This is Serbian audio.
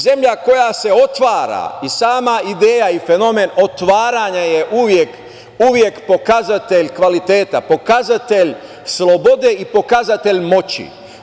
Zemlja koja se otvara i sama ideja i fenomen otvaranja je uvek pokazatelj kvaliteta, pokazatelj slobode i pokazatelj moći.